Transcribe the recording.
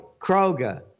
Kroger